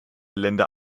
länder